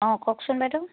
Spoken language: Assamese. অঁ কওকচোন বাইদেউ